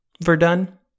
Verdun